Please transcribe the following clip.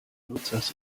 nutzers